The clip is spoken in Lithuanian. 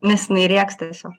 nes jinai rėks tiesiog